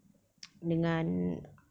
dengan